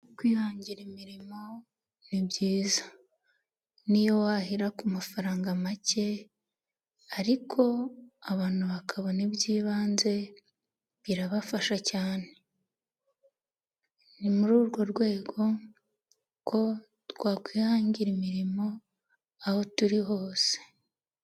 Kwihangira imirimo ni byiza niyo wahera ku mafaranga make ariko abantu bakabona iby'ibanze birabafasha cyane, ni muri urwo rwego twakwihangira imirimo aho turi hose.